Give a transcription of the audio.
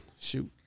shoot